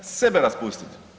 Sebe raspustite.